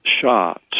shot